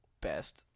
Best